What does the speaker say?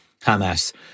Hamas